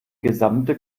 gesamte